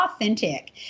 authentic